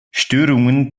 störungen